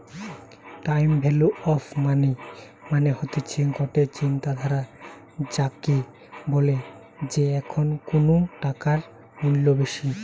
time value of money মানে হতিছে গটে চিন্তাধারা যাকে বলে যে এখন কুনু টাকার মূল্য বেশি